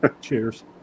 Cheers